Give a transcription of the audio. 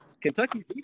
Kentucky